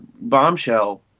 bombshell